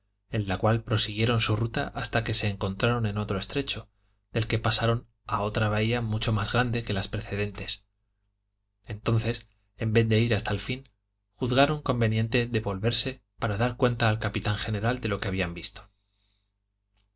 en la cual prosiguieron su ruta hasta que se encontraron en otro estrecho del que pasaron a otra bahía mucho más grande que las precedentes entonces en vez de ir hasta el fín juzgaron conveniente de volverse para dar cuenta al capitán general de lo que habían visto